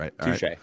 right